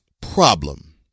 Problem